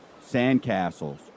Sandcastles